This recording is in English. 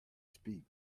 speak